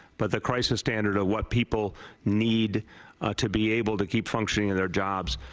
but the crisis standard of what people need to be able to keep functioning in their jobs.